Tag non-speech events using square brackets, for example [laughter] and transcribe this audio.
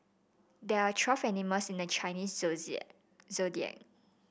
there are twelve animals in the Chinese [unintelligible] zodiac